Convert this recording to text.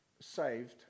saved